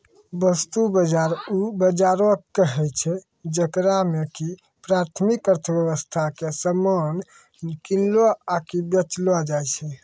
वस्तु बजार उ बजारो के कहै छै जेकरा मे कि प्राथमिक अर्थव्यबस्था के समान किनलो आकि बेचलो जाय छै